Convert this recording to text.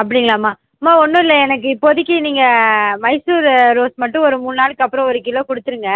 அப்படிங்களாம்மா அம்மா ஒன்றும் இல்லை எனக்கு இப்போதைக்கி நீங்கள் மைசூர் ரோஸ் மட்டும் ஒரு மூணு நாளைக்கு அப்புறம் ஒரு கிலோ கொடுத்துருங்க